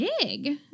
big